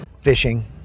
Fishing